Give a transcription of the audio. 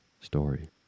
Story